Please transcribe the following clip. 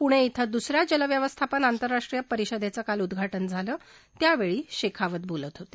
पुणे क्रिंदुस या जल व्यवस्थापन आंतरराष्ट्रीय परिषदेचं काल उद्घाटन झालं त्यावेळी शेखावत बोलत होते